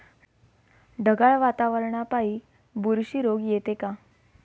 ढगाळ वातावरनापाई बुरशी रोग येते का?